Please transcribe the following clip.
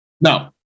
No